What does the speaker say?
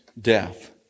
death